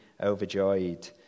overjoyed